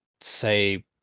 say